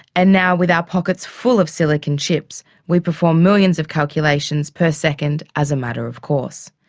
and now with our pockets full of silicon chips, we perform millions of calculations per second as a matter of course.